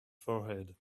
forehead